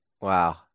Wow